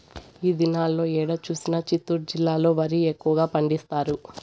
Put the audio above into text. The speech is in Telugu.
ఈ దినాల్లో ఏడ చూసినా చిత్తూరు జిల్లాలో వరి ఎక్కువగా పండిస్తారు